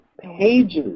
pages